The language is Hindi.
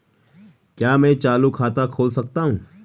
क्या मैं चालू खाता खोल सकता हूँ?